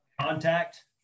contact